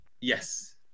Yes